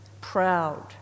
proud